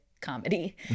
Comedy